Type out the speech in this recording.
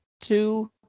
Two